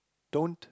don't